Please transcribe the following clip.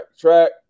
track